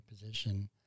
position